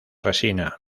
resina